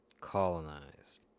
colonized